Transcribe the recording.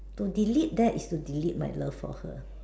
to delete that is to delete my love for her